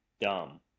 dumb